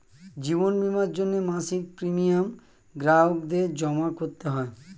জীবন বীমার জন্যে মাসিক প্রিমিয়াম গ্রাহকদের জমা করতে হয়